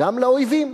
גם לאויבים.